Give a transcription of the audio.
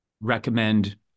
recommend